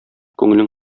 күңелең